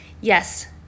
yes